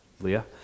Leah